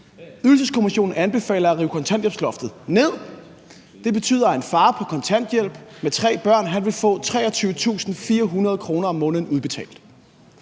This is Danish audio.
Ydelseskommissionen anbefaler at rive kontanthjælpsloftet ned, og det betyder, at en far på kontanthjælp med tre børn vil få 23.400 kr. om måneden udbetalt.